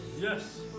Yes